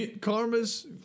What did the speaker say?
Karma's